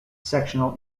sectional